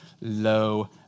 low